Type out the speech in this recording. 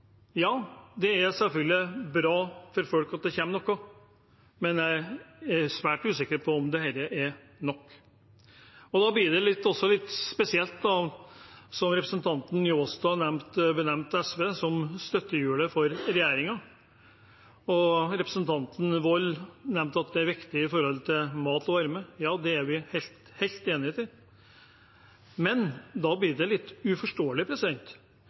Ja, det er selvfølgelig bra for folk at det kommer noe, men jeg er svært usikker på om dette er nok. Representanten Njåstad benevnte SV som støttehjulet for regjeringen, og representanten Grete Wold nevnte at det er viktig med tanke på mat og varme. Ja, det er vi helt enig i, men da blir det litt uforståelig